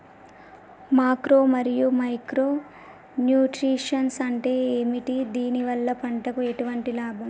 Macro మరియు micro nutrients అంటే ఏమిటి? దీనివల్ల పంటకు ఎటువంటి లాభం?